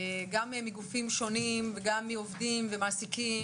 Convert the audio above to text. גם מגופים שונים וגם מעובדים ומעסיקים,